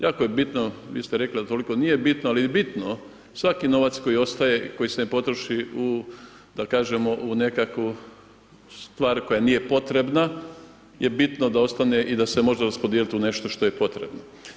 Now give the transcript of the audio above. Jako je bitno, vi ste rekli da toliko nije bitno ali je bitno, svaki novac koji ostaje, koji se ne potroši da kažemo u nekakvu stvar koja nije potrebna je bitno da ostane i da se2 može raspodijeliti u nešto što je potrebno.